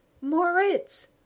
Moritz